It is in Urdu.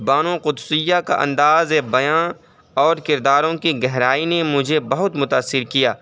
بانو قدسیہ کا اندازِ بیاں اور کرداروں کی گہرائی نے مجھے بہت متاثر کیا